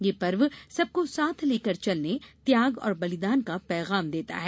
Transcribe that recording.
यह पर्व सबको साथ लेकर चलने त्याग और बलिदान का पैगाम देता है